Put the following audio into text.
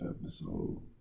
episode